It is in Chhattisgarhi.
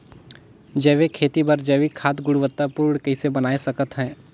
जैविक खेती बर जैविक खाद गुणवत्ता पूर्ण कइसे बनाय सकत हैं?